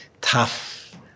tough